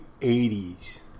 80s